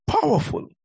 Powerful